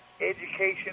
education